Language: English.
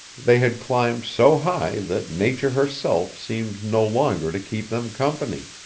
they had climbed so high that nature herself seemed no longer to keep them company.